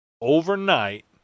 overnight